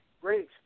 great